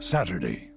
Saturday